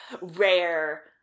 rare